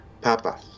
Papa